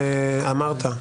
שאמרת.